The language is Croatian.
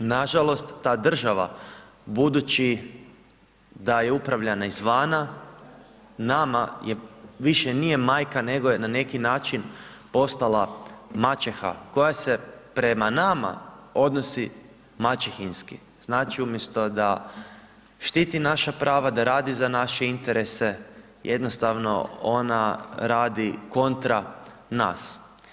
Nažalost ta država budući da je upravljana izvana nama više nije majka, nego je na neki način postala maćeha koja se prema nama odnosi maćehinski, znači umjesto da štiti naša prava, da radi za naše interese, jednostavno ona radi kontra nas.